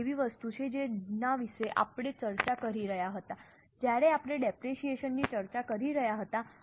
આ એવી વસ્તુ છે જેના વિશે આપણે ચર્ચા કરી રહ્યા હતા જ્યારે આપણે ડેપરેશીયેશન ની ચર્ચા કરી રહ્યા હતા